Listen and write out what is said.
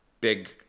big